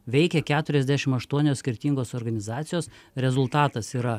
veikė keturiasdešim aštuonios skirtingos organizacijos rezultatas yra